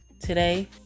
Today